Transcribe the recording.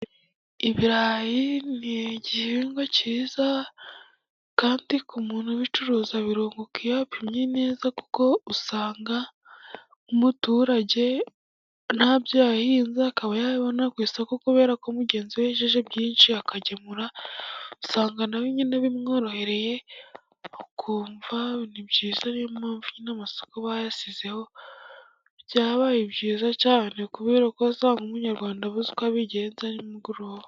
Ibirayi ni igihingwa cyiza, kandi ku muntu ubicuruza birunguka iyo apimye neza, kuko usanga umuturage nta byo yahinze akaba yabibona ku isoko, kubera ko mugenzi we yejeje byinshi akagemura, usanga na we bimworoheye akumva ni byiza ari yo mpamvu nyine amasoko bayashizeho, byabaye byiza cyane kubera ko wasangaga nk'Umunyarwanda abuze uko abigenza nimugoroba.